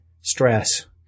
stress